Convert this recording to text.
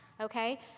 Okay